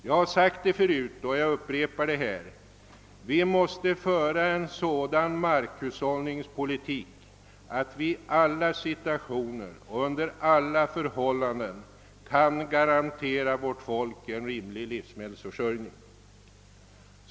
Jag har sagt det förut och jag upprepar det nu: Vi måste föra en sådan markhushållningspolitik att vi i alla situationer och under alla förhållanden kan garantera vårt folk en rimlig livsmedelsförsörjning.